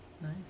Nice